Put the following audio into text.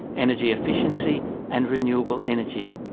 energy efficiency and renewable energy.